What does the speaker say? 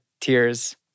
tears